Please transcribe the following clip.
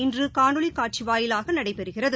இன்றுகாணொலிகாட்சிவாயிலாகநடைபெறுகிறது